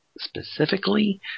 Specifically